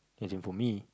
as in for me